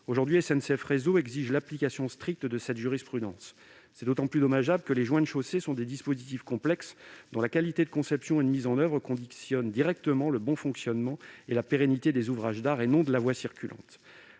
Aujourd'hui, SNCF Réseau exige l'application stricte de cette jurisprudence. C'est d'autant plus dommageable que les joints de chaussée sont des dispositifs complexes, dont la qualité de conception et de mise en oeuvre conditionne directement le bon fonctionnement et la pérennité des ouvrages d'art et non de la voie circulante.